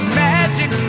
magic